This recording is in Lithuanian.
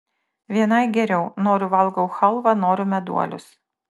vienai geriau noriu valgau chalvą noriu meduolius